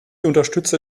unterstütze